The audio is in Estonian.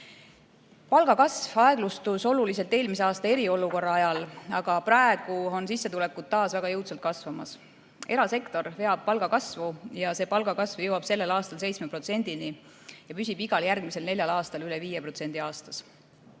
Palgakasv aeglustus oluliselt eelmise aasta eriolukorra ajal, aga praegu on sissetulekud taas väga jõudsalt kasvamas. Erasektor veab palgakasvu ja see palgakasv jõuab sel aastal 7%-ni ja püsib igal järgmisel neljal aastal üle 5% aastas.